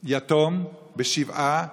יתום, בשבעה.